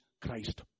Christ